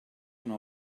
una